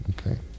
okay